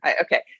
Okay